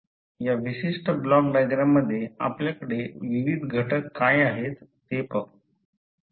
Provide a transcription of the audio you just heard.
या विशिष्ट ब्लॉक डायग्राममध्ये आपल्याकडे विविध घटक काय आहेत ते पाहू